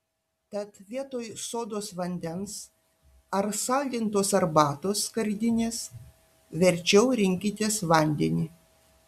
tad vietoj sodos vandens ar saldintos arbatos skardinės verčiau rinkitės vandenį